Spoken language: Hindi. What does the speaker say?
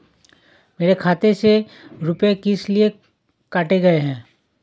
मेरे खाते से रुपय किस लिए काटे गए हैं?